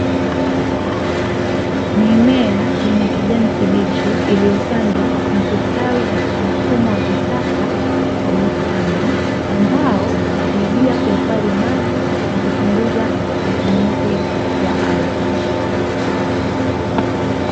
Mimea yenye kijani kibichi, iliyopandwa na kustawi katika mfumo wa kisasa wa bustani, ambao husaidia kuhifadhi maji na kupunguza matumizi ya ardhi.